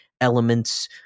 elements